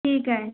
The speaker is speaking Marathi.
ठीक आहे